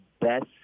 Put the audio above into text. best